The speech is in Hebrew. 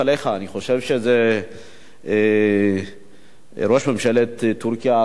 אני חושב שראש ממשלת טורקיה ארדואן